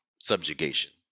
subjugation